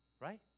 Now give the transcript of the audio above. Right